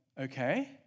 okay